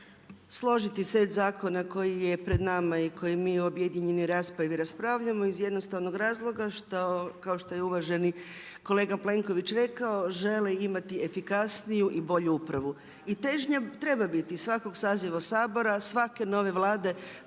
složiti set zakona koji je pred nama i koje mi u objedinjenoj raspravi raspravljamo iz jednostavnog razloga što kao što je i uvaženi kolega Plenković rekao žele imati efikasniju i bolju upravu. I težnja treba biti i svakog saziva Sabora, svake nove Vlade